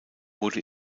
wurde